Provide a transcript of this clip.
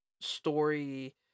story